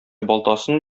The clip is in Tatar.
балтасын